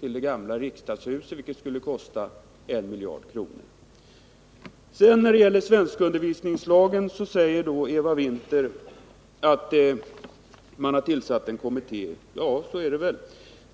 till Helgeandsholmen, vilket kostar en miljard kronor. När det gäller svenskundervisningslagen säger Eva Winther att man har tillsatt en kommitté, och så är det väl.